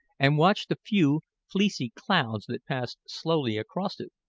and watched the few fleecy clouds that passed slowly across it,